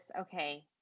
okay